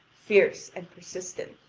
fierce, and persistent.